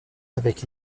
avec